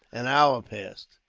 an hour passed,